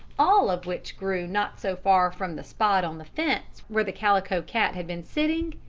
all of which grew not so far from the spot on the fence where the calico cat had been sitting,